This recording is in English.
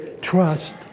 Trust